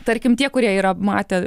tarkim tie kurie yra matę